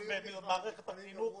שקיימת